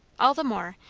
all the more,